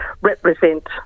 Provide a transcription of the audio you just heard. represent